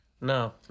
No